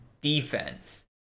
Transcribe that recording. defense